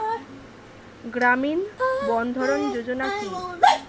গ্রামীণ বন্ধরন যোজনা কি?